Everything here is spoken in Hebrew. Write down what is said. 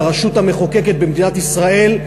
לרשות המחוקקת במדינת ישראל,